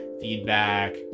feedback